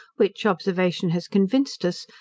which, observation has convinced us,